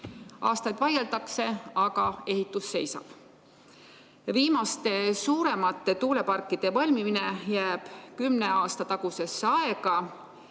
Aastaid vaieldakse, aga ehitus seisab. Viimaste suuremate tuuleparkide valmimine jääb kümne aasta tagusesse aega.